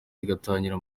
igitangira